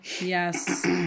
yes